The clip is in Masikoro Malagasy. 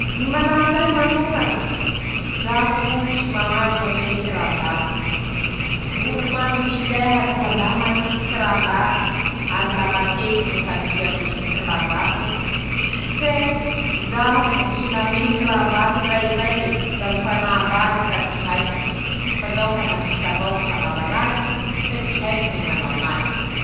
Manahaky ahy manokañe :-Zaho tsy mahay mamehy kravaty, ñolo mañodidy ahy la mañisy kravaty ary la matetiky ñy fañisian-drozy ñy kiravate fe zahombo tsy namehy kravaty ndra indraike ;ndra ñy fanava azy ka tsy haiko, fa zaho fa nahita ñy fanava ñazy, fe tsy haiko ñy manao ñazy.